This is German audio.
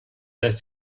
lässt